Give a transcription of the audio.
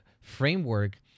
framework